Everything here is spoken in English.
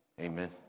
Amen